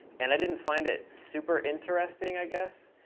and i didn't find it super interesting i guess.